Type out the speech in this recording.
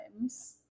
times